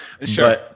Sure